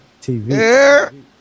TV